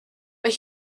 but